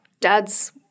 dad's